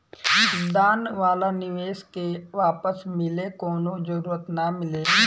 दान वाला निवेश के वापस मिले कवनो जरूरत ना मिलेला